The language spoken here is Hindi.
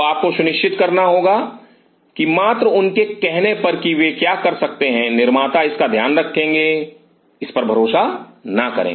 तो आपको सुनिश्चित करना होगा की मात्र उनके कहने पर कि वे कर सकते हैं निर्माता इसका ध्यान रखेंगे इस पर भरोसा ना करें